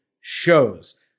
shows